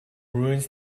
ruins